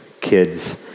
kids